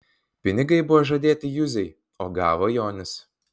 pinigai buvo žadėti juzei o gavo jonis